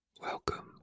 Welcome